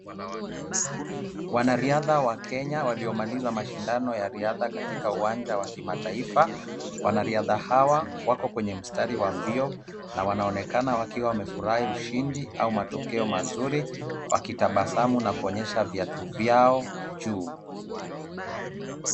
Wanariadha wa Kenya waliomaliza mashindano ya riadha katika uwanja wa kimataifa. Wanariadha hawa wako kwenye mstari wa mbio na wanaonekana wakiwa wamefurahi ushindi au matokeo mazuri wakitabasamu na kuonyesha viatu vyao juu.